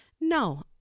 No